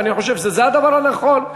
ואני חושב שזה הדבר הנכון,